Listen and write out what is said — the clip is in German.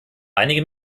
einige